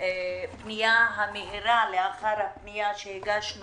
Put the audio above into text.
הפנייה המהירה לאחר הפנייה שהגשנו